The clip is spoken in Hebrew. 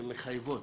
שמחייבות